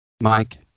Mike